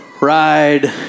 Ride